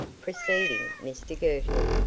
preceding mr girtle,